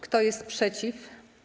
Kto jest przeciw?